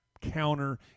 counter